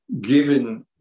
Given